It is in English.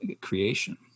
creation